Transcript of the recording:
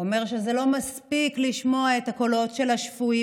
אומר שזה לא מספיק לשמוע את הקולות של השפויים,